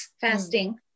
fasting